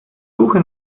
suche